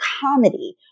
comedy